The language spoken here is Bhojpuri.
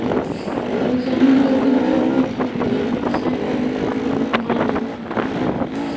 परिचलन जोखिम तब होत हवे जब व्यवसाय के विकास योजना गलत हो जात बाटे